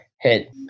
hit